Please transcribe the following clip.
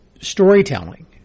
storytelling